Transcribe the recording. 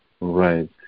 Right